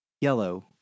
Yellow